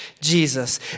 Jesus